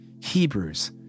Hebrews